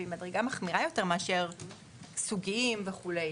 היא מדרגה מחמירה יותר מאשר "סוגים" וכו'.